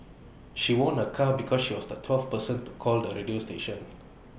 she won A car because she was the twelfth person to call the radio station